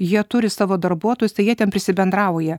jie turi savo darbuotojus tai jie ten prisibendrauja